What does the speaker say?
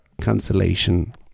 cancellation